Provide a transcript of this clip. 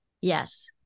Yes